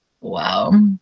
wow